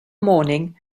morning